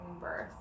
birth